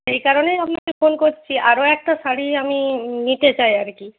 সেই কারণেই আপনাকে ফোন করছি আরও একটা শাড়ি আমি নিতে চাই আর কি